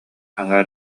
аҥаар